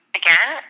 again